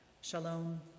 Shalom